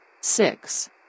Six